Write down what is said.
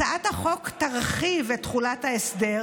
הצעת החוק תרחיב את תחולת ההסדר,